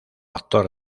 actor